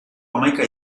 hamaika